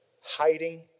hiding